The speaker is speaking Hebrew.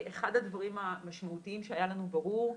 אחד הדברים המשמעותיים שהיה לנו ברור,